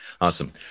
Awesome